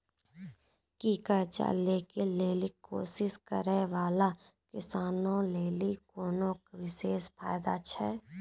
कि कर्जा लै के लेली कोशिश करै बाला किसानो लेली कोनो विशेष फायदा छै?